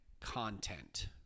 content